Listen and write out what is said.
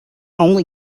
only